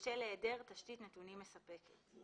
בשל היעדר תשתית נתונים מספקת.